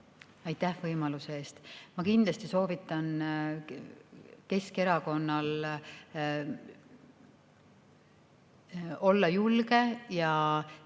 Aitäh võimaluse eest! Ma kindlasti soovitan Keskerakonnal olla julge ja